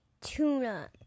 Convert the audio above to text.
tuna